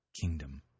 kingdom